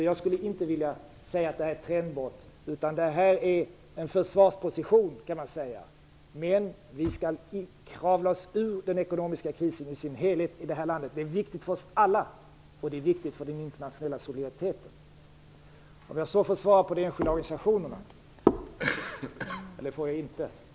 Jag skulle därför inte vilja säga att det är fråga om ett trendbrott. Man kan säga att det är en försvarsposition. Vi skall kravla oss ur den ekonomiska krisen i sin helhet. Det är viktigt för oss alla, och det är viktigt för den internationella solidariteten. Sedan skulle jag vilja svara på frågan om de enskilda organisationerna, men jag märker att min talartid nu är slut.